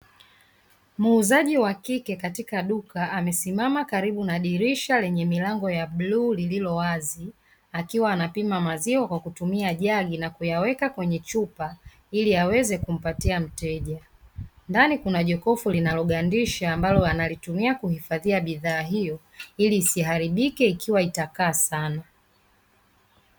Muuzaji wakike katika duka amesimama karibu na dirisha lenye milango ya bluu liliyo wazi akiwa anapima maziwa kwa kutumia jagi na kuyaweka kwenye chupa ili aweze kumpatia mteja, ndani kuna jokofu linalo gandisha ambalo analitumia kuhifadhia bidhaa hiyo ili isialibike ikiwa itakaa sanaaa.